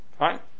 right